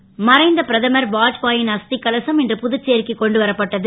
as மநைத பிரதமர் வாஜ்பா ன் அஸ் கலசம் இன்று புதுச்சேரிக்கு கொண்டு வரப்பட்டது